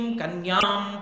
kanyam